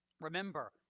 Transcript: remember